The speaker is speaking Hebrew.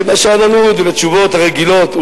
ובשאננות ולתשובות הרגילות,